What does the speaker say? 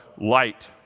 light